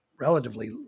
relatively